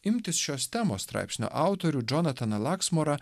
imtis šios temos straipsnio autorių džonataną laksmorą